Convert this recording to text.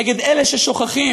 נגד אלה ששוכחים